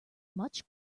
much